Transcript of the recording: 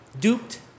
duped